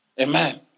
Amen